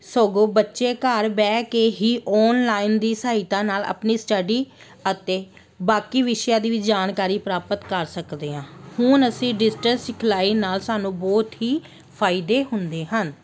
ਸਗੋਂ ਬੱਚੇ ਘਰ ਬਹਿ ਕੇ ਹੀ ਔਨਲਾਈਨ ਦੀ ਸਹਾਇਤਾ ਨਾਲ ਆਪਣੀ ਸਟੱਡੀ ਅਤੇ ਬਾਕੀ ਵਿਸ਼ਿਆਂ ਦੀ ਵੀ ਜਾਣਕਾਰੀ ਪ੍ਰਾਪਤ ਕਰ ਸਕਦੇ ਹਾਂ ਹੁਣ ਅਸੀਂ ਡਿਜੀਟਲ ਸਿਖਲਾਈ ਨਾਲ ਸਾਨੂੰ ਬਹੁਤ ਹੀ ਫ਼ਾਇਦੇ ਹੁੰਦੇ ਹਨ